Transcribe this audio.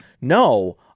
No